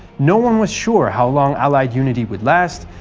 no one was sure how long allied unity would last,